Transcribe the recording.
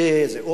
הוא